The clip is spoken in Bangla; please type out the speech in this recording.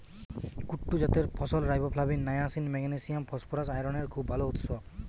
কুট্টু জাতের ফসল রাইবোফ্লাভিন, নায়াসিন, ম্যাগনেসিয়াম, ফসফরাস, আয়রনের খুব ভাল উৎস